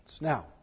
Now